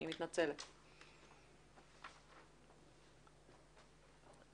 אז קודם כל אנחנו רוצים להודות